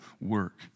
work